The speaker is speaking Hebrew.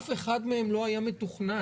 אף אחד מהם לא היה מתוכנן,